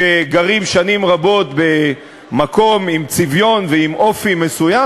שגרים שנים רבות במקום עם צביון ועם אופי מסוים,